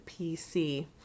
PC